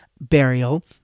burial